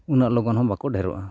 ᱩᱱᱟᱹᱜ ᱞᱚᱜᱚᱱ ᱦᱚᱸ ᱵᱟᱠᱚ ᱰᱷᱮᱹᱨᱚᱜᱼᱟ